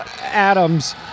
Adams